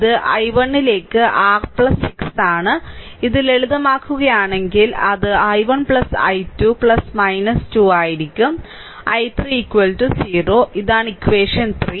ഇത് I ലേക്ക് r 6 ആണ് ഇത് ലളിതമാക്കുകയാണെങ്കിൽ അത് I1 I2 2 ആയിരിക്കും I3 0 ഇതാണ് ഇക്വഷൻ 3